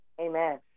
Amen